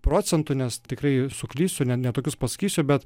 procentų nes tikrai suklysiu ne ne tokius pasakysiu bet